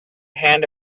hand